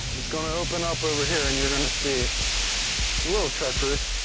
it's gonna open up over here, and you're gonna see. it's a little treacherous.